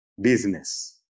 business